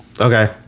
okay